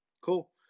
Cool